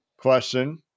question